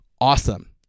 awesome